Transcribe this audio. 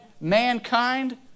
mankind